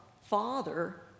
Father